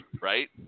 right